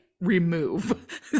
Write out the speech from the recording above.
remove